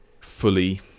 fully